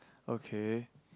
okay